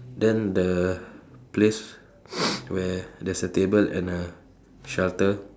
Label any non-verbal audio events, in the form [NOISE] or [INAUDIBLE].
then the place [NOISE] where there's a table and a shelter